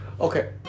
okay